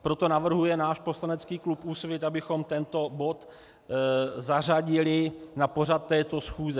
Proto navrhuje náš poslanecký klub Úsvit, abychom tento bod zařadili na pořad této schůze.